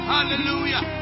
Hallelujah